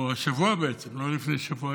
או השבוע בעצם, לא לפני שבוע.